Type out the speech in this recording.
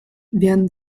werden